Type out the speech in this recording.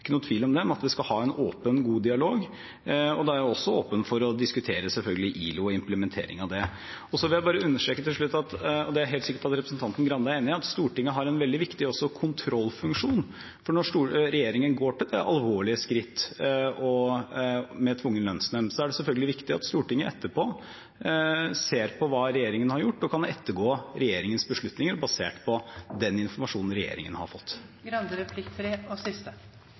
ikke noen tvil om det, men vi skal ha en åpen og god dialog. Da er jeg selvfølgelig også åpen for å diskutere ILO og implementering av det. Så vil jeg bare understreke til slutt, og det er jeg helt sikker på at representanten Grande er enig i, at Stortinget også har en veldig viktig kontrollfunksjon, for når regjeringen går til det alvorlige skritt med tvungen lønnsnemnd, er det selvfølgelig viktig at Stortinget etterpå ser på hva regjeringen har gjort, og kan ettergå regjeringens beslutninger basert på den informasjonen regjeringen har